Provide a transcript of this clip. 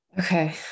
Okay